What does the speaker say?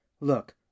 Look